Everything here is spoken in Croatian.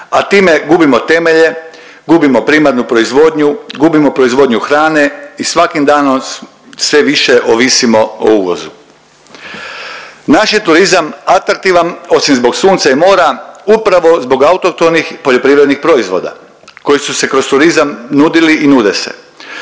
a time gubimo temelje, gubimo primarnu proizvodnju, gubimo proizvodnju hrane i svakim danom sve više ovisimo o uvozu. Naš je turizam atraktivan osim zbog sunca i mora upravo zbog autohtonih poljoprivrednih proizvoda koji su se kroz turizam nudili i nude se.